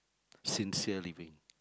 sincere living